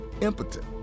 impotent